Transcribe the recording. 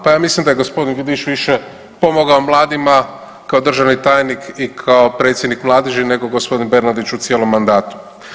Pa ja mislim da je gospodin Vidiš više pomogao mladima kao državni tajnik i kao predsjednik mladeži nego gospodin Bernardić u cijelom mandatu.